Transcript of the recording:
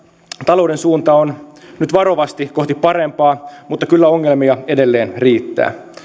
talouden suunta on nyt varovasti kohti parempaa mutta kyllä ongelmia edelleen riittää